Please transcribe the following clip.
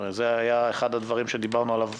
הרי זה היה אחד הדברים שדיברנו עליו